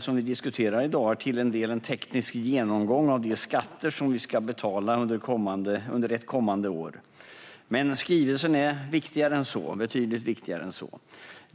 som vi i dag diskuterar är till en del en teknisk genomgång av de skatter vi ska betala under ett kommande år. Men skrivelsen är betydligt viktigare än så.